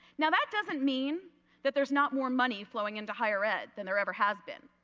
now that doesn't mean that there is not more money flowing in to higher ed than there ever has been.